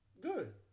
Good